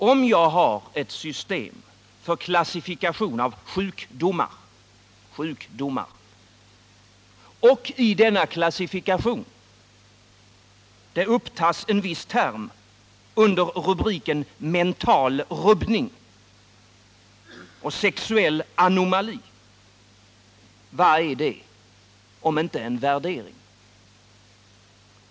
Om jag har ett system för klassifikation av sjukdomar och i denna klassifikation upptar en viss term under rubriken mental rubbning och sexuell anomali — vad är det om inte en värdering?